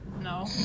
no